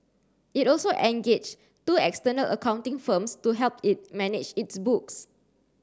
it also engaged two external accounting firms to help it manage its books